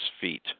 feet